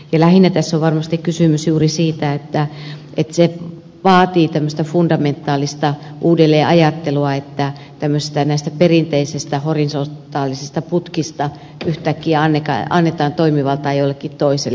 lähinnä tässä on varmasti kysymys juuri siitä että se vaatii tämmöistä fundamentaalista uudelleenajattelua että tämmöisistä perinteisistä horisontaalisista putkista yhtäkkiä annetaan toimivaltaa jollekin toiselle